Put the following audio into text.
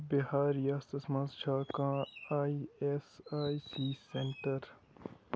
بِہار ریاستس منٛز چھا کانٛہہ I S I C centre